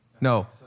No